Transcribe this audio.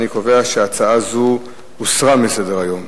אני קובע שהצעה זו הוסרה מסדר-היום.